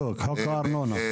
בדיוק כמו חוק הארנונה.